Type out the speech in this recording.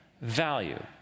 value